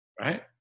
Right